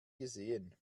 gesehen